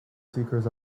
seekers